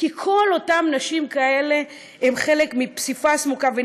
כי כל אותן נשים כאלה הן חלק מפסיפס מורכב.